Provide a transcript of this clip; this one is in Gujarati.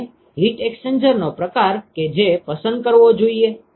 અને હીટ એક્સ્ચેન્જરનો પ્રકાર કે જે પસંદ કરવો જોઈએ